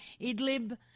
Idlib